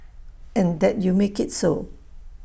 and that you make IT so